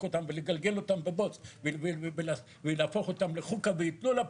אותם ולגלגל אותם בבוץ ולהפוך אותם לחוכא ואיתלולה.